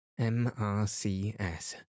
MRCS